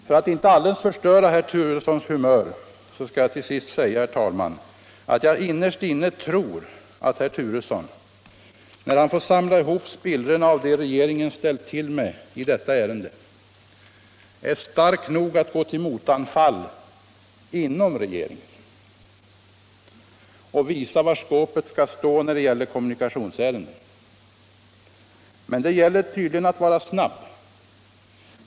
För att inte alldeles förstöra herr Turessons humör skall jag till sist säga att jag innerst inne tror att herr Turesson, när han får samla ihop spillrorna av det regeringen ställt till med i detta ärende, är stark nog att gå till motanfall inom regeringen och visa var skåpet skall stå när det gäller kommunikationsärenden. Men det gäller tydligen att vara snabb.